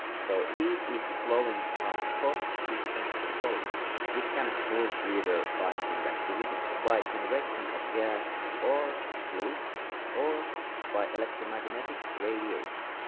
so heat is flowing from hot system to cold one. it can move either by conductivity by convection of gas or fluid or by electromagnetic radiation.